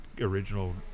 original